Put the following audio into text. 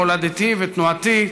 מולדתי ותנועתי,